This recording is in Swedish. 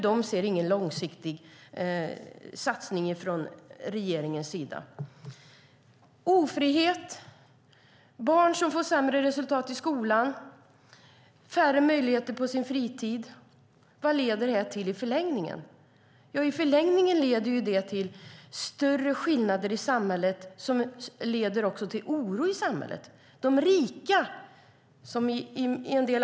De ser ingen långsiktig satsning från regeringens sida. Ofrihet, barn som får sämre resultat i skolan, färre möjligheter på fritiden - vad leder det till i förlängningen? I förlängningen leder det till större skillnader i samhället, vilket leder till oro i samhället.